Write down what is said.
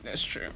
that's true